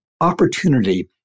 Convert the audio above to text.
Opportunity